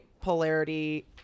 polarity